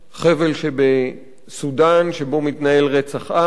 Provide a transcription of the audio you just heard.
חבל בסודן שבו מתנהל רצח עם.